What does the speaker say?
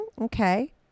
Okay